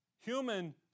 Human